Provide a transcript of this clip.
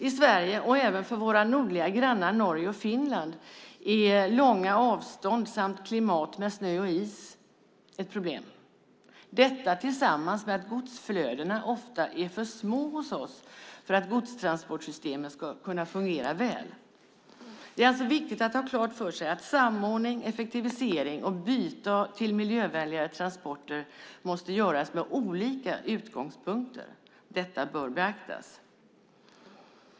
I Sverige och även i våra nordliga grannländer, Norge och Finland, är långa avstånd samt klimat med snö och is ett problem. Dessutom är godsflödena ofta för små hos oss för att godstransportsystemet ska kunna fungera väl. Det är alltså viktigt att ha klart för sig att samordning, effektivisering och byte till miljövänligare transporter måste göras med olika utgångspunkter. Detta bör beaktas.